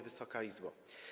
Wysoka Izbo!